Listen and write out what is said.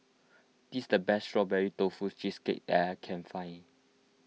this is the best Strawberry Tofu Cheesecake that I can find